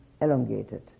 elongated